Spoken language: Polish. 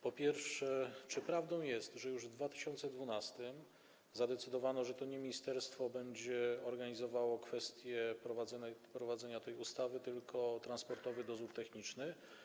Po pierwsze, czy prawdą jest, że już w 2012 r. zdecydowano, że to nie ministerstwo będzie organizowało kwestię prowadzenia tej ustawy, tylko Transportowy Dozór Techniczny?